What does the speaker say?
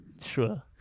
Sure